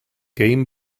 game